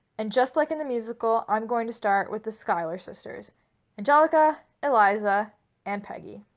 and just like in the musical i'm going to start with the schuyler sisters angelica eliza and peggy.